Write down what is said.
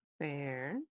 Fair